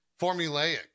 Formulaic